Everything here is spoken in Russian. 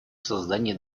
создании